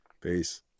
Peace